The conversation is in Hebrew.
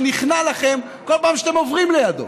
שנכנע לכם כל פעם שאתם עוברים לידו.